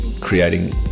creating